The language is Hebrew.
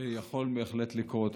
יכול בהחלט לקרות.